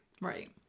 Right